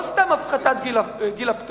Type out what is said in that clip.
לא סתם הפחתת גיל הפטור,